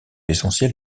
l’essentiel